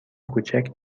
کوچک